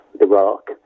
iraq